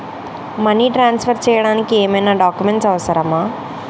Money transfer చేయడానికి ఏమైనా documents అవసరమా?